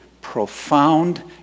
profound